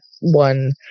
one